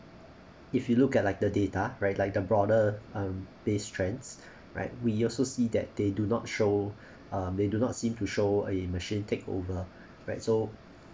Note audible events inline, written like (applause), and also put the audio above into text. if you look at like the data right like the broader um based trends (breath) right we also see that they do not show (breath) uh they do not seem to show a machine take over (breath) right so